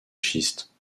schiste